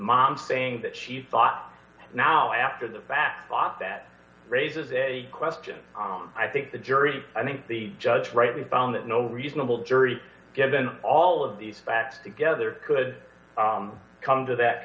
mom saying that she thought now after the fact thought that raises a question i think the jury i think the judge rightly found that no reasonable jury given all of these facts together could come to that